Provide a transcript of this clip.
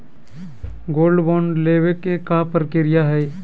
Gold bond लेवे के का प्रक्रिया हई?